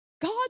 God